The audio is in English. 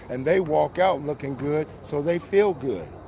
and they walk out lookin' good, so they feel good.